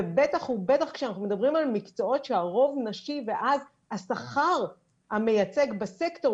ובטח ובטח כשאנחנו מדברים על מקצועות שהרוב נשי ואז השכר המייצג בסקטור